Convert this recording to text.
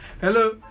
Hello